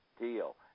Deal